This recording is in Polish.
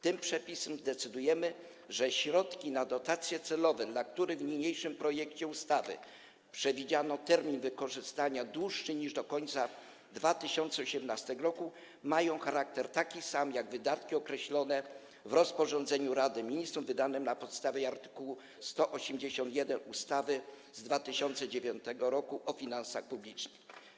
Tym przepisem decydujemy, że środki na dotacje celowe, dla których w niniejszym projekcie ustawy przewidziano termin wykorzystania dłuższy niż do końca 2018 r., mają charakter taki sam, jak wydatki określone w rozporządzeniu Rady Ministrów wydanym na podstawie art. 181 ustawy z dnia 27 sierpnia 2009 r. o finansach publicznych.